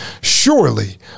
surely